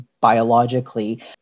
biologically